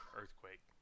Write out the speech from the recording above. earthquake